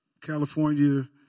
California